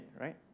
right